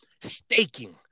Staking